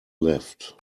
left